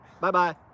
Bye-bye